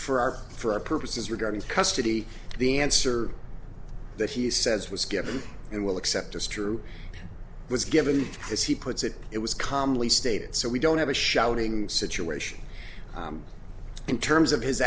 for our for our purposes regarding custody the answer that he says was given and will accept as true was given as he puts it it was calmly stated so we don't have a shouting situation in terms of his